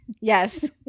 yes